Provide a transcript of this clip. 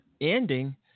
ending